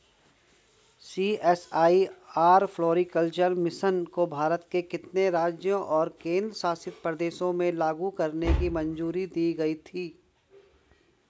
CSIR floriculture mission को भारत के कितने राज्यों और केंद्र शासित प्रदेशों में लागू करने की मंजूरी दी गई थी?